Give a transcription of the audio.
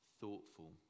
thoughtful